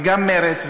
וגם מרצ,